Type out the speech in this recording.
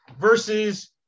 versus